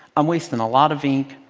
i'm wasting a lot of ink,